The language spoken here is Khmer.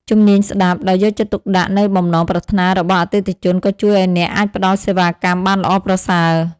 ជំនាញស្តាប់ ដោយយកចិត្តទុកដាក់នូវបំណងប្រាថ្នារបស់អតិថិជនក៏ជួយឱ្យអ្នកអាចផ្តល់សេវាកម្មបានល្អប្រសើរ។